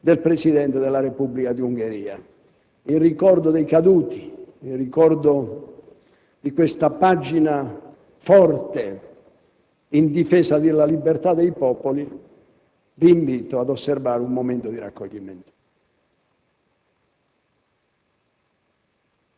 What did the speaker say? con la partecipazione, tra gli altri, del Presidente della Repubblica di Ungheria. In ricordo dei caduti, di questa pagina forte in difesa della libertà dei popoli, vi invito ad osservare un momento di raccoglimento.